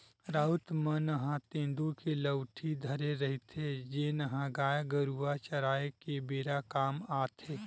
राउत मन ह तेंदू के लउठी धरे रहिथे, जेन ह गाय गरुवा चराए के बेरा काम म आथे